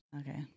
Okay